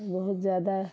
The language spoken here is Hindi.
बहुत ज़्यादा